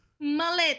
Mullet